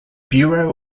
bureau